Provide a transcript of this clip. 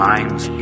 Minds